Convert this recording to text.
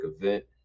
event